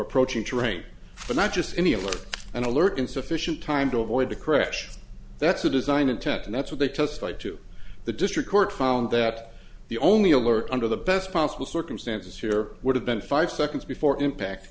approaching train but not just any alert and alert in sufficient time to avoid a crash that's a design intent and that's what they testified to the district court found that the only alert under the best possible circumstances here would have been five seconds before impact